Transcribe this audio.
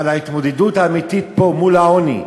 אבל ההתמודדות האמיתית פה, מול העוני,